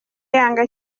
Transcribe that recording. yanga